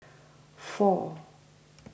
four